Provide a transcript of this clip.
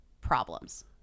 problems